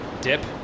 dip